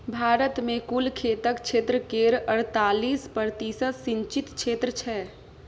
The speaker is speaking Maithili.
भारत मे कुल खेतक क्षेत्र केर अड़तालीस प्रतिशत सिंचित क्षेत्र छै